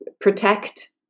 protect